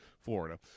Florida